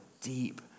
deep